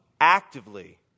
actively